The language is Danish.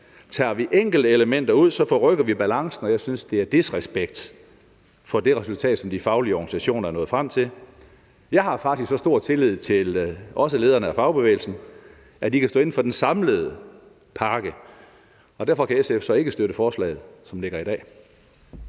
Tager vi enkeltelementer ud, forrykker vi balancen, og jeg synes, det er disrespekt for det resultat, som de faglige organisationer er nået frem til. Jeg har faktisk også så stor tillid til lederne af fagbevægelsen, i forhold til at de kan stå inde for den samlede pakke, at SF så ikke kan støtte forslaget, som det ligger i dag.